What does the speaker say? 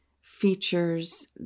features